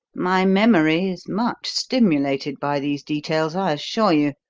my memory is much stimulated by these details, i assure you.